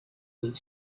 that